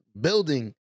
building